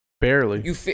Barely